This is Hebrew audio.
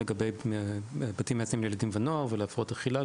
לגבי בתים מאזנים לילדים ונוער ולהפרעות אכילה,